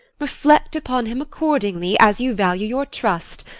reflect upon him accordingly, as you value your trust.